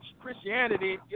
Christianity